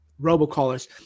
robocallers